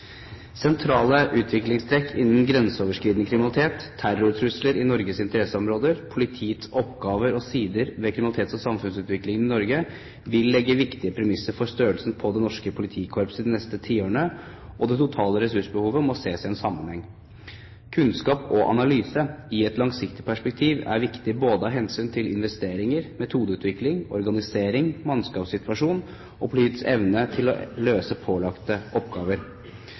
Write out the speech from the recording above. Sentrale utviklingstrekk innen grenseoverskridende kriminalitet, terrortrusler i Norges interesseområder, politiets oppgaver og sider ved kriminalitets- og samfunnsutviklingen i Norge vil legge viktige premisser for størrelsen på det norske politikorpset i de neste tiårene, og det totale ressursbehovet må ses i denne sammenheng. Kunnskap og analyse i et langsiktig perspektiv er viktig både av hensyn til investeringer, metodeutvikling, organisering, mannskapssituasjon og politiets evne til å løse pålagte oppgaver.